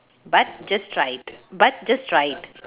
but just try it but just try it